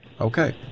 Okay